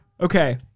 Okay